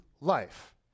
life